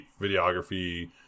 videography